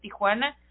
Tijuana